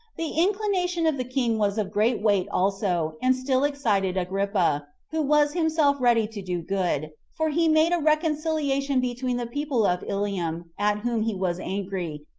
the inclination of the king was of great weight also, and still excited agrippa, who was himself ready to do good for he made a reconciliation between the people of ilium, at whom he was angry,